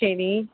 சரி